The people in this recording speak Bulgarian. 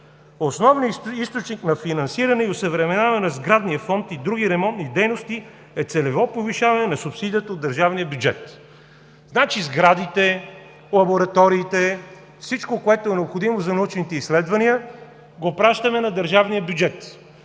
Основен източник на финансиране и осъвременяване на сградния фонд и други ремонтни дейности е целево повишаване на субсидията от държавния бюджет. Значи, сградите, лабораториите – всичко, което е необходимо за научните изследвания, го пращаме на държавния бюджет,